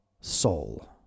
Soul